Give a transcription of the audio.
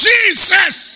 Jesus